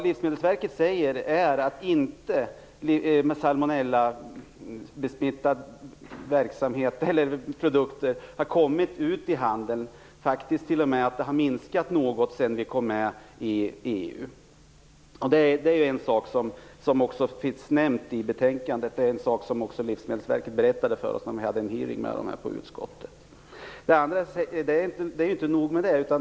Livsmedelsverket säger att inga salmonellasmittade produkter har kommit ut i handeln. Det har faktiskt t.o.m. minskat något sedan vi kom med i EU. Detta finns nämnt i betänkandet, och det berättade också Livsmedelsverket när vi hade en hearing i utskottet. Men det är inte nog med det.